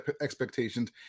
expectations